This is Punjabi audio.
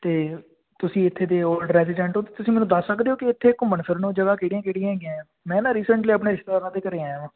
ਅਤੇ ਤੁਸੀਂ ਇੱਥੇ ਦੇ ਓਲਡ ਰੈਜੀਡੈਂਟ ਹੋ ਤੁਸੀਂ ਮੈਨੂੰ ਦੱਸ ਸਕਦੇ ਹੋ ਕਿ ਇੱਥੇ ਘੁੰਮਣ ਫਿਰਨ ਨੂੰ ਜਗ੍ਹਾ ਕਿਹੜੀਆਂ ਕਿਹੜੀਆਂ ਹੈਗੀਆਂ ਆ ਮੈਂ ਨਾ ਰੀਸੈਂਟਲੀ ਆਪਣੇ ਰਿਸ਼ਤੇਦਾਰਾਂ ਦੇ ਘਰ ਆਇਆ ਵਾਂ